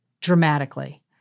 dramatically